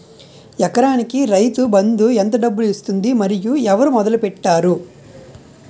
ఎకరానికి రైతు బందు ఎంత డబ్బులు ఇస్తుంది? మరియు ఎవరు మొదల పెట్టారు?